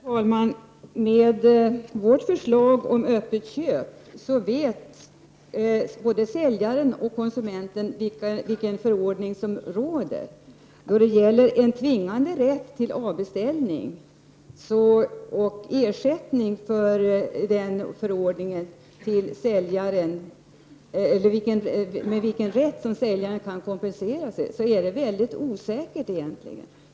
Herr talman! Om vårt förslag om lagstiftning om öppet köp går igenom vet både säljaren och konsumenten vad som gäller. En tvingande lagstiftning om rätt till avbeställning och rätt för säljaren att kompensera sig för sina kostnader medför stor osäkerhet.